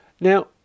Now